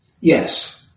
yes